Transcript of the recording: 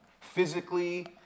physically